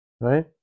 right